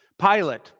Pilate